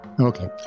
okay